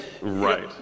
Right